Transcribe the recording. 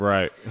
Right